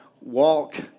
walk